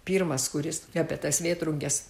pirmas kuris apie tas vėtrunges